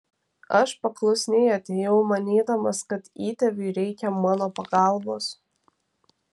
aš paklusniai atėjau manydamas kad įtėviui reikia mano pagalbos